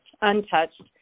untouched